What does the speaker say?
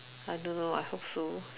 I don't know I hope so